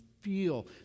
feel